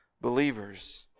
believers